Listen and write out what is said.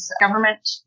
government